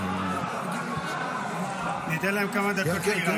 אבל למה הזמן התחיל?